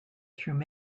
through